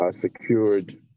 secured